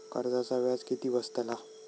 कर्जाचा व्याज किती बसतला?